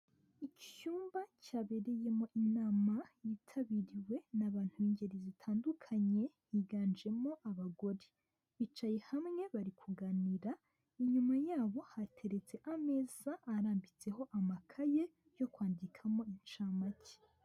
Icyumba cyabereyemo inama yitabiriwe n'abantu b'ingeri zitandukanye higanjemo abagore, bicaye hamwe bari kuganira, inyuma yabo hateretse ameza arambitseho amakaye yo kwandikamo incamake.